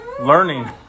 learning